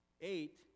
Eight